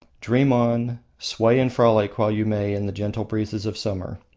dream on, sway and frolic while you may in the gentle breezes of summer.